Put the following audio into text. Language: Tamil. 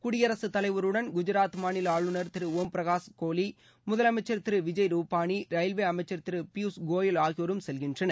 குடியரசுத் தலைவருடன் குஜராத் மாநில ஆளுநர் திரு ஓம்பிரகாஷ் கோலி முதலமைச்சர் திரு விஜய் ருபாணி ரயில்வே அமைச்சர் திரு பியூஷ் கோயல் ஆகியோரும் செல்கின்றனர்